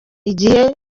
igihe